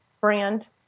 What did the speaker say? brand